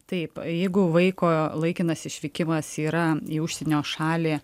taip jeigu vaiko laikinas išvykimas yra į užsienio šalį